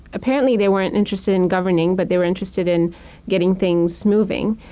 apparently they weren't interested in governing, but they were interested in getting things moving.